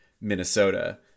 Minnesota